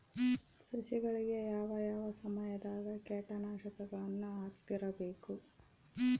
ಸಸಿಗಳಿಗೆ ಯಾವ ಯಾವ ಸಮಯದಾಗ ಕೇಟನಾಶಕಗಳನ್ನು ಹಾಕ್ತಿರಬೇಕು?